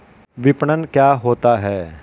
विपणन क्या होता है?